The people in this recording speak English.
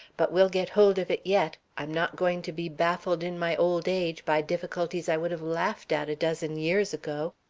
but we'll get hold of it yet. i'm not going to be baffled in my old age by difficulties i would have laughed at a dozen years ago.